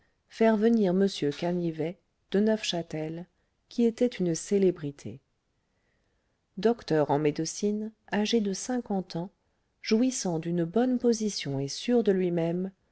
faire venir m canivet de neufchâtel qui était une célébrité docteur en médecine âgé de cinquante ans jouissant d'une bonne position et sûr de lui-même